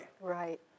Right